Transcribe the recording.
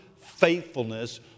faithfulness